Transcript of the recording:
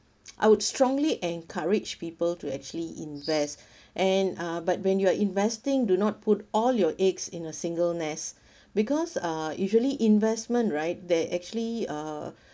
I would strongly encourage people to actually invest and uh but when you are investing do not put all your eggs in a single nest because uh usually investment right they actually uh